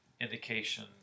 indication